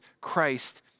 Christ